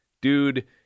dude